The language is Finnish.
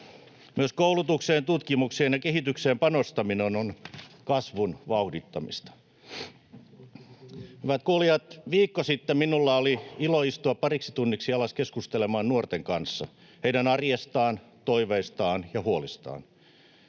Myös koulutukseen, tutkimukseen ja kehitykseen panostaminen on kasvun vauhdittamista. Hyvät kuulijat! Viikko sitten minulla oli ilo istua pariksi tunniksi alas keskustelemaan nuorten kanssa heidän arjestaan, toiveistaan ja huolistaan.